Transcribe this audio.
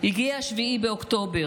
הגיע 7 באוקטובר.